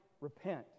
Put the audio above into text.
repent